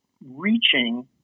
Reaching